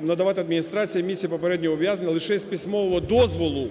надавати адміністрація місії попередньо ув'язнених лише з письмового дозволу